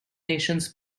nations